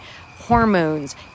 hormones